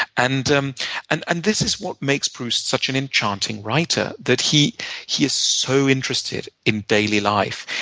and um and and this is what makes proust such an enchanting writer, that he he is so interested in daily life.